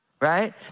Right